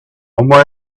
more